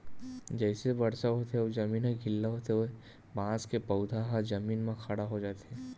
जइसे बरसा होथे अउ जमीन ह गिल्ला होथे बांस के पउधा ह जमीन म खड़ा हो जाथे